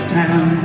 town